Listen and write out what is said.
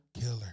Killer